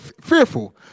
fearful